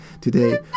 today